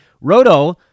Roto